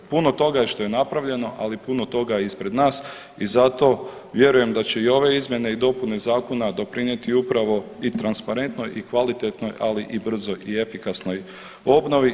Puno toga je što je napravljeno, ali i puno toga je ispred nas i zato vjerujem da će i ove izmjene i dopune zakona doprinijeti upravo i transparentnoj i kvalitetnoj, ali i brzoj i efikasnoj obnovi.